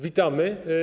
Witamy.